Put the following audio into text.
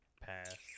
Pass